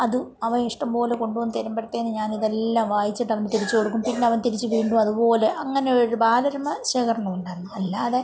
അത് അവൻ ഇഷ്ട്ടം പോലെ കൊണ്ടുവന്ന് തരുമ്പോഴത്തേനും ഞാനതെല്ലാം വായിച്ചിട്ട് അങ്ങ് തിരിച്ച് കൊടുക്കും പിന്നവൻ തിരിച്ച് വീണ്ടു അതുപോലെ അങ്ങനൊരു ബാലരമ ശേഖരണമുണ്ടെന്ന് അല്ലാതെ